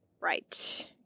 Right